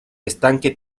estanque